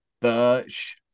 Birch